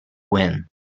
win